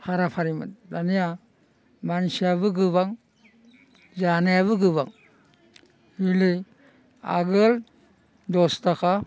फारा फारिमोन दानिया मानसियाबो गोबां जानायाबो गोबां ओइलै आगोल दस थाका